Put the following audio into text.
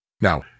Now